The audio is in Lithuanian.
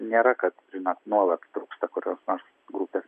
nėra kad žinot nuolat trūksta kurios nors grupės